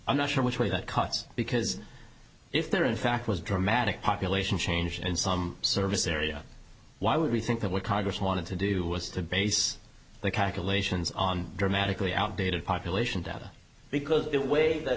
i'm not sure which way that cuts because if they're in fact was dramatic population change in some service area why would we think that what congress wanted to do was to base the calculations on dramatically outdated population data because the way that